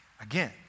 again